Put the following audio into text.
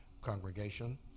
Congregation